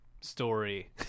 story